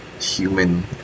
human